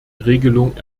regelung